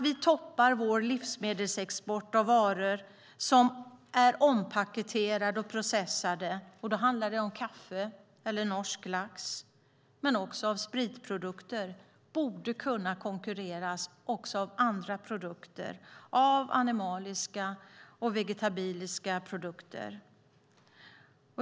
Vi toppar vår livsmedelsexport med ompaketerade och processade varor, till exempel kaffe, norsk lax och spritprodukter, och dessa varor borde få konkurrens av såväl animaliska som vegetabiliska produkter.